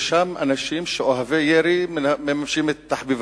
ושם אנשים אוהבי ירי מממשים את תחביבם.